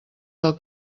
del